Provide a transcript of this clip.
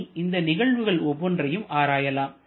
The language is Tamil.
இனி இந்த நிகழ்வுகள் ஒவ்வொன்றையும் ஆராயலாம்